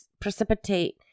precipitate